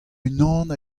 unan